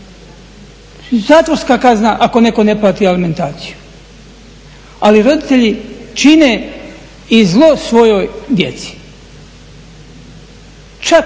Zatvorska kazna ako netko ne plati alimentaciju, ali roditelji čine i zlo svojoj djeci, čak imamo